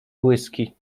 błyski